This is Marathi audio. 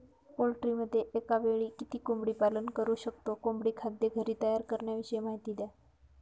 पोल्ट्रीमध्ये एकावेळी किती कोंबडी पालन करु शकतो? कोंबडी खाद्य घरी तयार करण्याविषयी माहिती द्या